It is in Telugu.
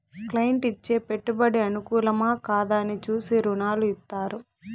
క్లైంట్ ఇచ్చే పెట్టుబడి అనుకూలమా, కాదా అని చూసి రుణాలు ఇత్తారు